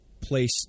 place